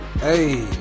Hey